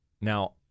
Now